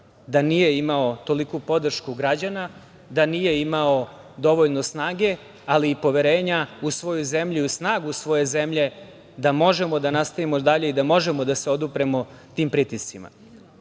da nije imao toliku podršku građana, da nije imao dovoljno snage, ali i poverenja u svoju zemlju i u snagu svoje zemlje, da možemo da nastavimo dalje i da možemo da se odupremo tim pritiscima? Naravno,